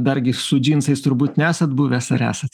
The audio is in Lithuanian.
dargi su džinsais turbūt nesat buvęs ar esat